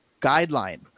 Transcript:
guideline